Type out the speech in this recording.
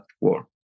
war